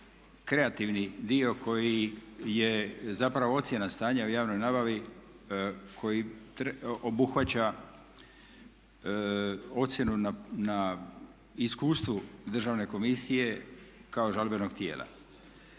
kreativni dio koji je zapravo ocjena stanja u javnoj nabavi koji obuhvaća ocjenu na iskustvu Državne komisije kao žalbenog tijela.